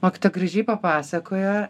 mokytoja gražiai papasakoja